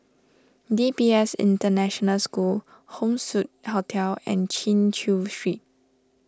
D P S International School Home Suite Hotel and Chin Chew Street